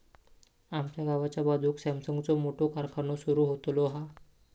आमच्या गावाच्या बाजूक सॅमसंगचो मोठो कारखानो सुरु होतलो हा